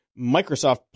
Microsoft